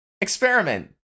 experiment